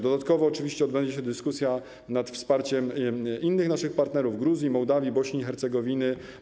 Dodatkowo oczywiście odbędzie się dyskusja nad wsparciem innych naszych partnerów, Gruzji, Mołdawii, Bośni i Hercegowiny.